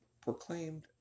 proclaimed